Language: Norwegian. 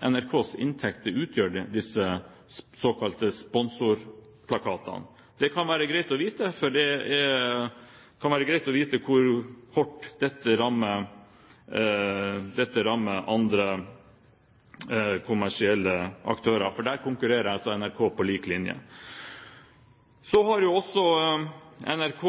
NRKs inntekter utgjør disse såkalte sponsorplakatene? Det kan være greit å vite hvor hardt dette rammer andre kommersielle aktører, for der konkurrerer altså NRK på lik linje. Så har også NRK